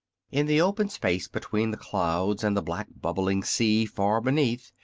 in the open space between the clouds and the black, bubbling sea far beneath,